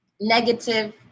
negative